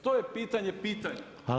To je pitanje pitanja.